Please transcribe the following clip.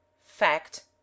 fact